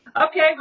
Okay